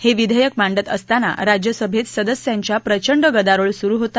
हे विधेयक मांडत असताना राज्यसभेत सदस्यांच्या प्रचंड गदारोळ सुरु होता